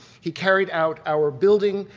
he carried out our building,